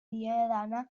diedana